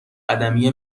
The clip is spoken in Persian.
قدمی